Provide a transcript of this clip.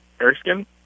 Erskine